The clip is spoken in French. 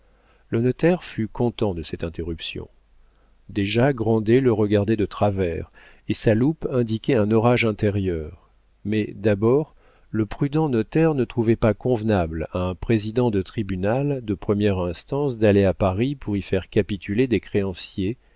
le notaire fut content de cette interruption déjà grandet le regardait de travers et sa loupe indiquait un orage intérieur mais d'abord le prudent notaire ne trouvait pas convenable à un président de tribunal de première instance d'aller à paris pour y faire capituler des créanciers